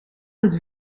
het